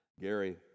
gary